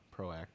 proactive